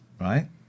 right